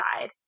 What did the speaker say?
side